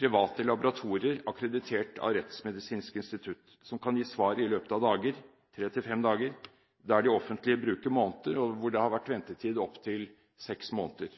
private laboratorier, akkreditert av Rettsmedisinsk institutt, som kan gi svar i løpet av tre til fem dager, der de offentlige bruker måneder, og hvor det har vært ventetid på opptil seks måneder.